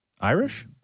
Irish